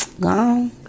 gone